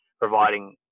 providing